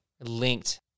linked